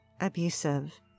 abusive